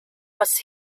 was